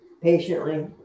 patiently